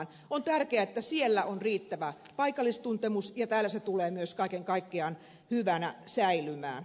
on tärkeää että siellä on riittävä paikallistuntemus ja se tulee myös kaiken kaikkiaan hyvänä säilymään